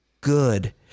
good